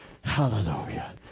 Hallelujah